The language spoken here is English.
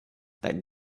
that